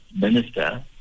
minister